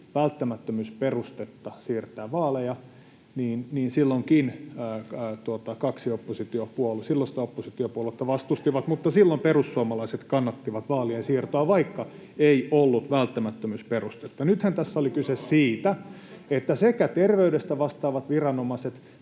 välttämättömyysperustetta siirtää vaaleja, niin silloinkin kaksi silloista oppositiopuoluetta vastustivat, mutta silloin perussuomalaiset kannattivat vaalien siirtoa, vaikka ei ollut välttämättömyysperustetta. Nythän tässä oli kyse siitä, että sekä terveydestä vastaavat viranomaiset